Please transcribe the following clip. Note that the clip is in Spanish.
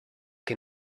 que